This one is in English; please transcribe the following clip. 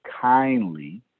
kindly